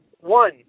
One